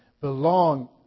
belong